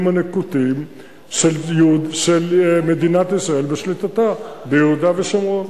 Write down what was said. הנקוטים של מדינת ישראל ושליטתה ביהודה ושומרון.